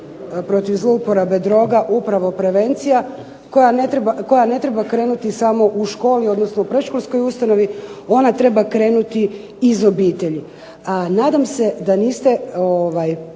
protiv zlouporabe droga upravo prevencija koja ne treba krenuti samo u školi, odnosno u predškolskoj ustanovi, ona treba krenuti iz obitelji. Nadam se da niste